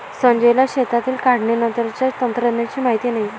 संजयला शेतातील काढणीनंतरच्या तंत्रज्ञानाची माहिती नाही